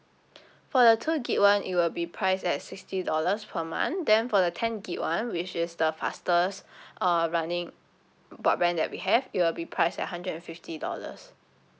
for the two gig [one] it will be price at sixty dollars per month then for the ten gig [one] which is the fastest uh running broadband that we have it will be priced at hundred and fifty dollars